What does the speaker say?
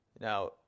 Now